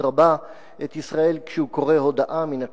רבה את ישראל כשהוא קורא הודעה מן הכתב.